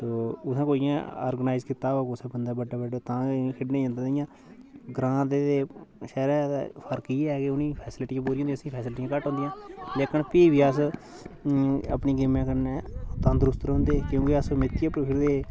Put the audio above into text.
ते उत्थें कोई इ'यां ऑर्गनाईज कीता होऐ कुसै बंदे बड्डे बड्डे तां गै इ'यां खेढने जंदा इ'यां ग्रांऽ ते शैह्रे च फर्क इ'यै उनेंगी फैसलिटी पूरी होंदियां असेंगी फैसलिटी घट्ट होंदियां लेकिन फ्ही बी अस अपनी गेमां कन्नै तंदरूसत रौंह्दे क्योंकि अस मिट्टी